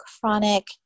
chronic